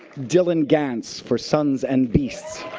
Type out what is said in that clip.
dylan gantz for sons and beasts.